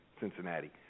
Cincinnati